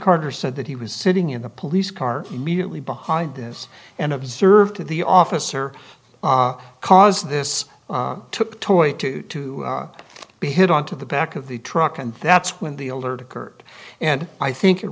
carter said that he was sitting in the police car immediately behind this and observed the officer because this took toy to be hit on to the back of the truck and that's when the old occurred and i think it